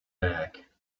back